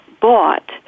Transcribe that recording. bought